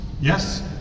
Yes